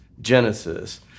genesis